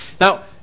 Now